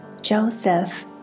Joseph